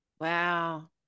wow